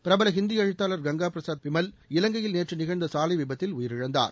பிரபல இந்தி எழுத்தாளர் கங்கா பிரசாத் விமல் இலங்கையில் நேற்று நிகழ்ந்த சாலை விபத்தில் உயிரிழந்தார்